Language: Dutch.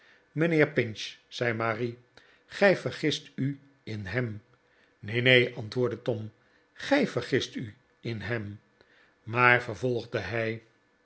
mijnheer pinch zei marie gij vergist u in hem neen neen antwoordde tom g ij vergist u in hem maar vervolgde hij